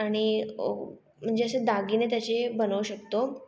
आणि म्हणजे असे दागिने त्याचे बनवू शकतो